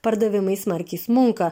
pardavimai smarkiai smunka